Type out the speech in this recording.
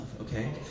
Okay